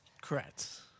Correct